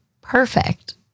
perfect